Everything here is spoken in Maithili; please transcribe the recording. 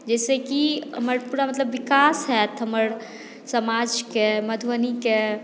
जाहिसँ कि हमर पूरा मतलब विकास होयत हमर समाजके मधुबनीके